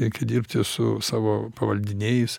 reikia dirbti su savo pavaldiniais